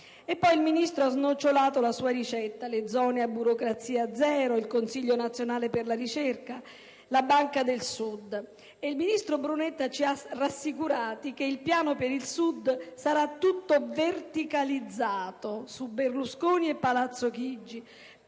il Ministro ha snocciolato la sua ricetta: le zone a burocrazia zero, il Consiglio nazionale per la ricerca, la Banca del Sud. E il ministro Brunetta ci ha rassicurati che il piano per il Sud sarà «tutto verticalizzato su Berlusconi e Palazzo Chigi